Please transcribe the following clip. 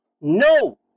no